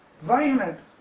violent